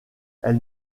elle